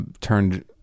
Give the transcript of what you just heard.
turned